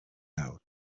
nawr